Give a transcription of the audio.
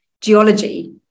geology